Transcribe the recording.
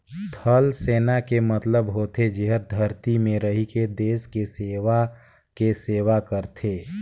थलसेना के मतलब होथे जेहर धरती में रहिके देस के सेवा के सेवा करथे